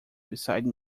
beside